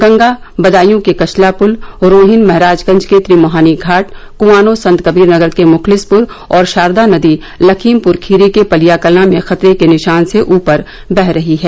गंगा बदायूं के कछला पुल रोहिन महराजगंज के त्रिमुहानी घाट कुआनो संत कबीरनगर के मुखलिसपुर और शारदा नदी लखीमपुर खीरी के पलियाकलां में खतरे के निशान से ऊपर वह रही हैं